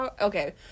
Okay